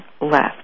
left